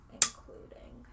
including